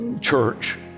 church